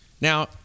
Now